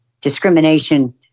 discrimination